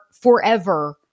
forever